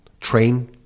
train